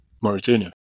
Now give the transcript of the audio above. Mauritania